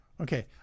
Okay